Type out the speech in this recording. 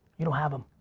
you don't have them.